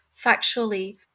factually